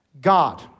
God